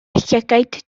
llygaid